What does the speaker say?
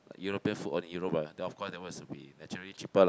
European food on Europe ah then of course that one will be naturally cheaper lah